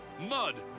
mud